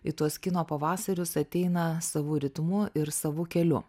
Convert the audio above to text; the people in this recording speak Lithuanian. į tuos kino pavasarius ateina savu ritmu ir savu keliu